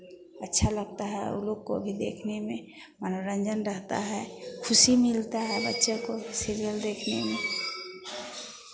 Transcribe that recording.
अच्छा लगता है वो लोग को भी देखने में मनोरंजन रहता है खुशी मिलता है बच्चों को भी सीरियल देखने में